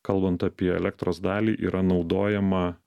kalbant apie elektros dalį yra naudojama